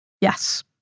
Yes